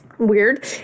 weird